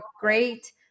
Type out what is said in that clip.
great